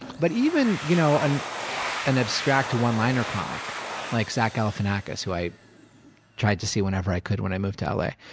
but even you know and an abstract one-liner comic like zach galifinakas who i tried to see whenever i could when i moved to l a.